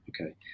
okay